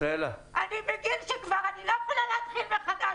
ישראלה --- אני בגיל שאני כבר לא יכולה להתחיל מחדש.